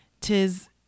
Tis